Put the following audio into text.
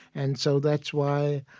and so that's why,